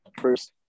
First